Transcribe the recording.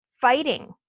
fighting